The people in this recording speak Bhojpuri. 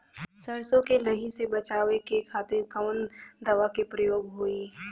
सरसो के लही से बचावे के खातिर कवन दवा के प्रयोग होई?